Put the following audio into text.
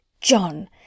John